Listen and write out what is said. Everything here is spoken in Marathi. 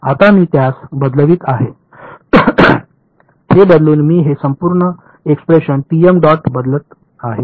आता मी त्यास बदलवित आहे हे बदलून मी हे संपूर्ण एक्सप्रेशन डॉट बदलत आहे